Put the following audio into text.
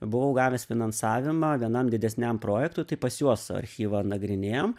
buvau gavęs finansavimą vienam didesniam projektui tai pas juos archyvą nagrinėjom